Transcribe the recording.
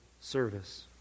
service